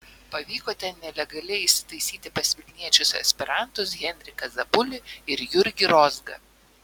pavyko ten nelegaliai įsitaisyti pas vilniečius aspirantus henriką zabulį ir jurgį rozgą